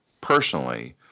personally